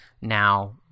now